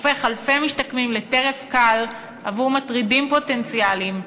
הופך אלפי משתקמים לטרף קל עבור מטרידים פוטנציאליים,